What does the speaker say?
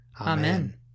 Amen